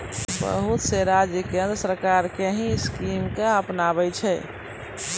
बहुत से राज्य केन्द्र सरकार के ही स्कीम के अपनाबै छै